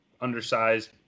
undersized